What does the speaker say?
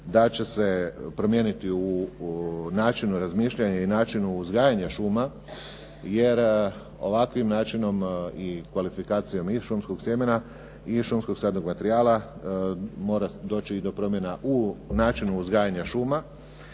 da će se promijeniti u načinu razmišljanja i u načinu uzgajanja šuma, jer ovakvim načinom i kvalifikacijom i šumskog sjemena i šumskog sadnog materijala mora doći i do promjena u načinu uzgajanja šuma.